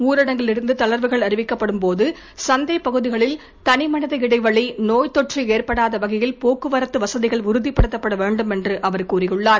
ஊரடங்கிலிருந்து தளா்வுகள் அறிவிக்கப்படும் போது சந்தை பகுதிகளில் தனிமனித இடைவெளி நோய்த்தொற்று ஏற்படாத வகையில் போக்குவரத்து வசதிகள் உறுதிப்படுத்தப்பட வேண்டும் என்று அவர் கூறியுள்ளார்